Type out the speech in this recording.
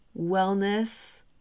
wellness